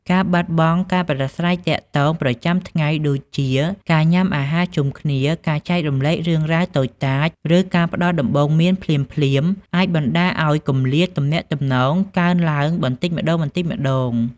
ការបាត់បង់ការប្រាស្រ័យទាក់ទងប្រចាំថ្ងៃដូចជាការញ៉ាំអាហារជុំគ្នា ការចែករំលែករឿងរ៉ាវតូចតាច ឬការផ្ដល់ដំបូន្មានភ្លាមៗ អាចបណ្ដាលឲ្យគម្លាតទំនាក់ទំនងកើនឡើងបន្តិចម្ដងៗ។